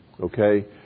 Okay